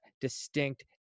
distinct